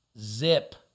zip